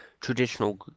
traditional